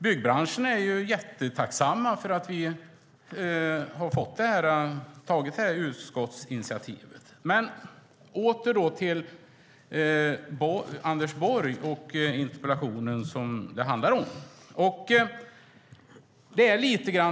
Byggbranschen är tacksam för att vi har tagit detta utskottsinitiativ. Jag återgår till Anders Borg och den interpellation debatten handlar om.